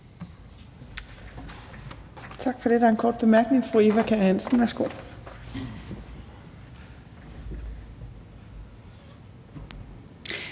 Tak for det. Der er en kort bemærkning